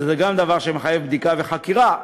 וגם זה דבר שמחייב בדיקה וחקירה.